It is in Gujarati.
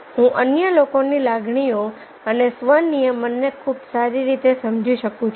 હું અન્ય લોકોની લાગણીઓ અને સ્વ નિયમનને ખૂબ સારી રીતે સમજી શકું છું